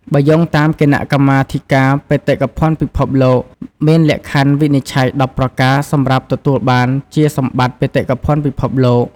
បើយោងតាមគណៈកម្មាធិការបេតិកភណ្ឌពិភពលោក មានលក្ខខណ្ឌវិនិច្ឆ័យ១០ប្រការ សម្រាប់ទទួលបានជាសម្បត្តិ បេតិកភណ្ឌពិភពលោក។